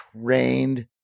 trained